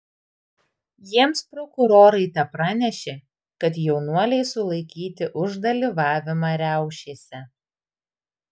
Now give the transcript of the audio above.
jiems prokurorai tepranešė kad jaunuoliai sulaikyti už dalyvavimą riaušėse